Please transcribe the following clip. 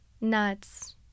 nuts